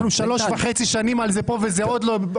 אנחנו דנים על זה כאן כבר שלוש שנים וחצי וזה עוד לא מומש.